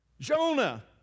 Jonah